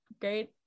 great